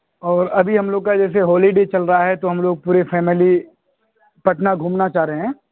اور ابھی ہم لوگ کا جیسے ہولیڈے چل رہا ہے تو ہم لوگ پوری فیملی پٹنہ گھومنا چاہ رہے ہیں